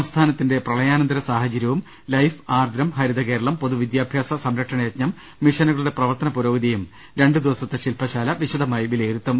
സംസ്ഥാനത്തിന്റെ പ്രളയാനന്തര സാഹചര്യവും ലൈഫ് ആർദ്രം ഹരിത കേരളം പൊതുവിദ്യാ ഭ്യാസ സംരക്ഷണയജ്ഞം മിഷനുകളുടെ പ്രവർത്തനപുരോഗതിയും രണ്ടു ദിവ സത്തെ ശില്പശാല വിശദമായി വിലയിരുത്തും